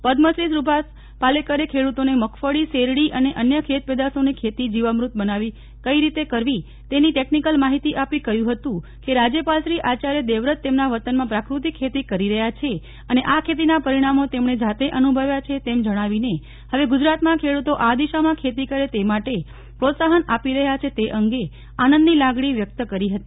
પદ્મશ્રી સુભાષ પાલેકરે ખેડૂતોને મગફળી શેરડી અને અન્ય ખેત પેદાશોની ખેતી જીવામૃત બનાવી કઇ રીતે કરવી તેની ટેકનીકલ માહિતી આપી કહ્યુ હતુ કે રાજ્યપાલશ્રી આચાર્ય દેવવ્રત તેમના વતનમા પ્રાકૃતિક ખેતી કરી રહ્યા છે અને આ ખેતીના પરિણામો તેમણે જાતે અનુભવ્યા છે તેમ જણાવીને હવે ગુજરાતમા ખેડૂતો આ દિશામાં ખેતી કરે તે માટે પ્રોત્સાહન આપી રહ્યા છે તે અંગે આનંદની લાગણી વ્યક્ત કરી હતી